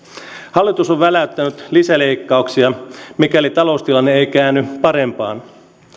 hallitus on väläyttänyt lisäleikkauksia mikäli taloustilanne ei käänny parempaan